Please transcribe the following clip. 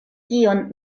kion